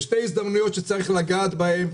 שתי הזדמנויות שצריך לגעת בהן,